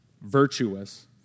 virtuous